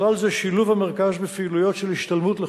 ובכלל זה שילוב המרכז בפעילויות של השתלמות לחוקרים.